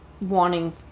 wanting